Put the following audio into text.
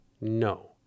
No